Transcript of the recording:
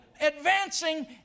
advancing